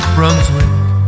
Brunswick